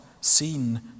seen